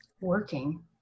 working